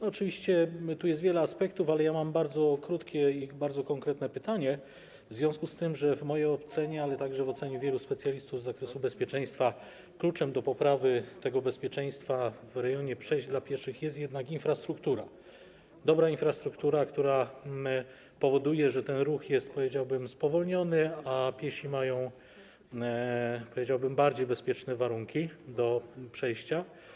Oczywiście tu jest wiele aspektów, ale mam bardzo krótkie i bardzo konkretne pytanie w związku z tym, że w mojej ocenie, ale także w ocenie wielu specjalistów z zakresu bezpieczeństwa kluczem do poprawy bezpieczeństwa w rejonie przejść dla pieszych jest jednak infrastruktura, dobra infrastruktura, która powoduje, że ruch jest, powiedziałbym spowolniony, a piesi mają bezpieczniejsze warunki do przejścia.